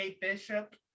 Bishop